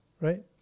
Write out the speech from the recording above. right